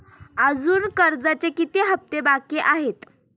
अजुन कर्जाचे किती हप्ते बाकी आहेत?